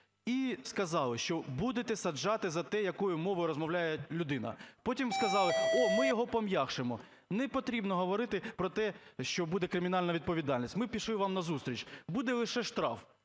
і сказали, що будете саджати за те, якою мовою розмовляє людина. Потім сказали: "О! Ми його пом'якшимо. Не потрібно говорити про те, що буде кримінальна відповідальність. Ми пішли вам назустріч – буде лише штраф.